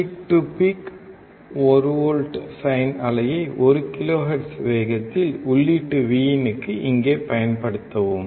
peak to peak 1 volt sine அலையை 1 kilohertz வேகத்தில் உள்ளீட்டு Vin க்கு இங்கே பயன்படுத்தவும்